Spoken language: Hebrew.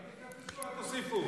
אז תקצצו,